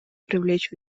привлечь